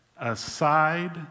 aside